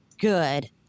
good